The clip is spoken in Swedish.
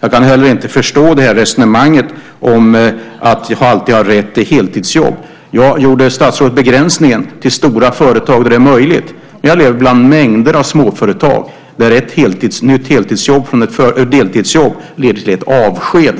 Jag kan inte heller förstå resonemanget om att man alltid har rätt till heltidsjobb. Om statsrådet gjorde begränsningen till stora företag där det är möjligt så skulle jag kunna förstå det. Men jag lever bland mängder av småföretag där ett nytt heltidsjobb i stället för ett deltidsjobb samtidigt leder till ett avsked.